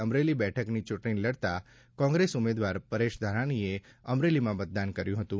અમરેલી બેઠકથી ચુંટણી લડતા કોંગ્રેસ ઉમેદવાર પરેશ ધાનાણીએ અમરેલીમાં મતદાન કર્યું હતું